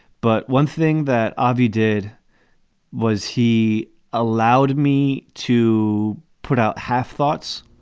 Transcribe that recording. but one thing that ah abby did was he allowed me to put out half thoughts.